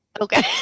Okay